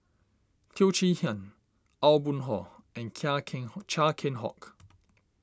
Teo Chee Hean Aw Boon Haw and Keng Hock Chia Keng Hock